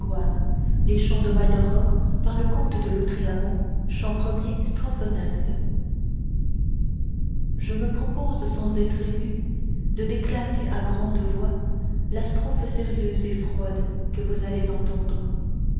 je me propose sans être ému de déclamer à grande voix la strophe sérieuse et froide que vous allez entendre